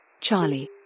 Charlie